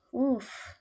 Oof